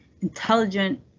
intelligent